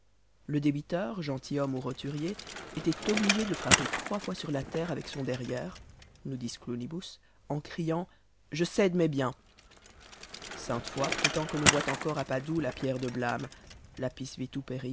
le débiteur gentilhomme ou roturier était obligé de frapper trois fois sur la terre avec son derrière nudis clunibus en criant je cède mes biens sainte foix prétend que l'on voit encore à padoue la pierre de blâme